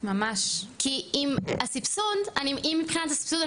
כי אם הסבסוד אם מבחינת הסבסוד אני